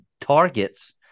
targets